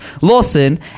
Lawson